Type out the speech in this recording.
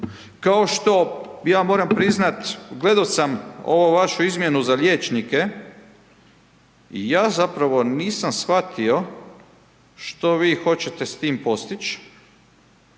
Kao što, ja moram priznati gledao sam ovu vašu izmjenu za liječnike i ja zapravo nisam shvatio što vi hoćete s time postići